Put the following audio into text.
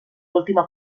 última